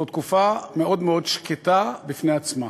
זו תקופה מאוד מאוד שקטה בפני עצמה,